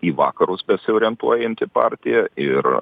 į vakarus besiorientuojanti partija ir